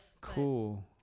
Cool